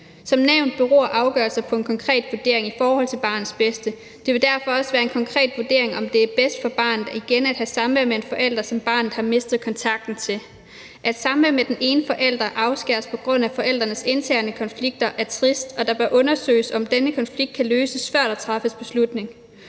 Som nævnt beror afgørelser på en konkret vurdering af, hvad der er til barnets bedste. Det vil derfor også være en konkret vurdering, om det er bedst for barnet igen at have samvær med en forælder, som barnet har mistet kontakten til. At samvær med den ene forælder afskæres på grund af forældrenes interne konflikter, er trist, og det bør undersøges, om denne konflikt kan løses, før der træffes beslutning.